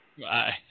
Bye